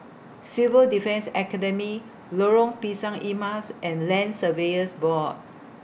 Civil Defence Academy Lorong Pisang Emas and Land Surveyors Board